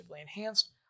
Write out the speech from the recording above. enhanced